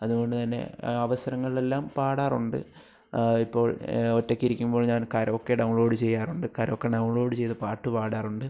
അതുകൊണ്ട് തന്നെ അവസരങ്ങളില്ലെല്ലാം പാടാറുണ്ട് ഇപ്പോൾ ഒറ്റയ്ക്ക് ഇരിക്കുമ്പോൾ ഞാൻ കരോക്കെ ഡൗൺലോഡ് ചെയ്യാറുണ്ട് കരോക്കെ ഡൗൺലോഡ് ചെയ്ത് പാട്ട് പാടാറുണ്ട്